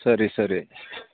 ಸರಿ ಸರಿ